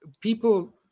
people